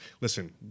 listen